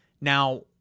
now